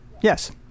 Yes